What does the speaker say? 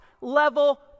level